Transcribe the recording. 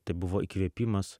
tai buvo įkvėpimas